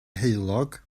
heulog